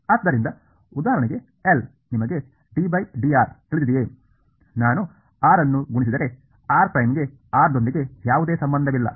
ಆದ್ದರಿಂದ ಉದಾಹರಣೆಗೆ L ನಿಮಗೆ ddrತಿಳಿದಿದೆಯೇ ನಾನು r ಅನ್ನು ಗುಣಿಸಿದರೆ r' ಗೆ r ದೊಂದಿಗೆ ಯಾವುದೇ ಸಂಬಂಧವಿಲ್ಲ